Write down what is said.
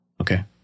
Okay